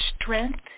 strength